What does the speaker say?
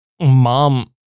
mom